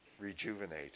rejuvenate